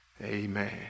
Amen